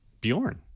Bjorn